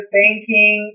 banking